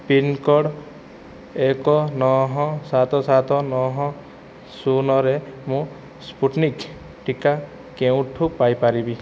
pincode ଏକ ନଅ ସାତ ସାତ ନଅ ଶୂନରେ ମୁଁ ସ୍ପୁଟନିକ୍ ଟିକା କେଉଁଠୁ ପାଇପାରିବି